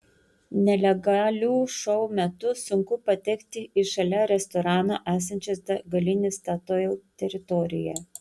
nelegalių šou metu sunku patekti į šalia restorano esančios degalinės statoil teritoriją